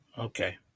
Okay